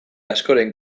askoren